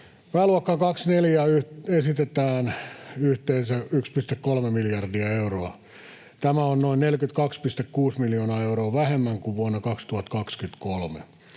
Pääluokkaan 24 esitetään yhteensä 1,3 miljardia euroa. Tämä on noin 42,6 miljoonaa euroa vähemmän kuin vuonna 2023.